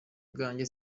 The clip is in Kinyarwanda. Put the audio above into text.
bwanjye